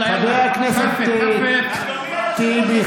חבר הכנסת טיבי,